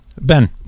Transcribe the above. Ben